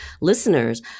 listeners